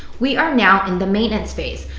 we are now in the maintenance phase.